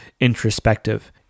introspective